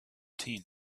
tent